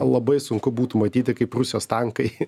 labai sunku būtų matyti kaip rusijos tankai